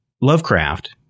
Lovecraft